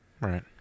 Right